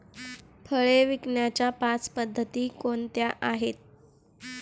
फळे विकण्याच्या पाच पद्धती कोणत्या आहेत?